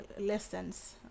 lessons